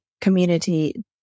community